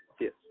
Yes